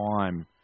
time